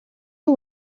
you